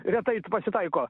retai t pasitaiko